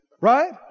right